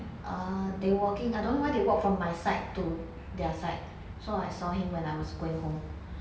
err they walking I don't know why they walk from my side to their side so I saw him when I was going home